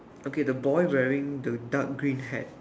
okay the boy wearing the dark green hat